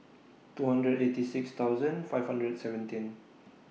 two hundred eighty six thousand five hundred and seventeen